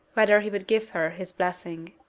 whether he would give her his blessing.